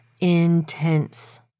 intense